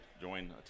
join